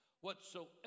whatsoever